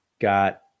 got